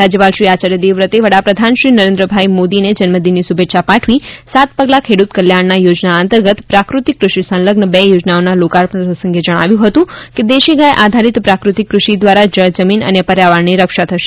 રાજ્યપાલ શ્રી આચાર્ય દેવવ્રતે વડાપ્રધાન શ્રી નરેન્દ્રભાઇ મોદીને જન્મદિનની શુભેચ્છા પાઠવી સાત પગલાં ખેડૂત કલ્યાણના યોજના અંતર્ગત પ્રાકૃતિક કૃષિ સંલઝ્ન બે યોજનાઓના લોકાર્પણ પ્રસંગે જણાવ્યું હતું કે દેશી ગાય આધારિત પ્રાફતિક ફષિ દ્વારા જળ જમીન અને પર્યાવરણની રક્ષા થશે